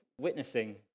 witnessing